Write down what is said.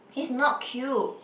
he's not cute